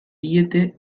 diete